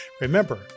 remember